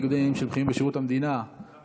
ניגודי עניינים של בכירים בשירות המדינה לוועדת,